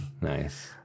Nice